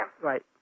Right